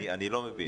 אני לא מבין.